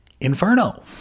Inferno